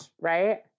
right